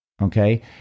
Okay